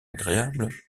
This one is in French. agréable